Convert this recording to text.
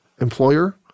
Employer